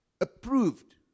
approved